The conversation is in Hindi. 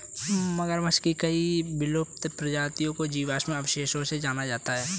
मगरमच्छ की कई विलुप्त प्रजातियों को जीवाश्म अवशेषों से जाना जाता है